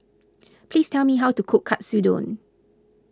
please tell me how to cook Katsudon